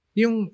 yung